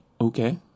okay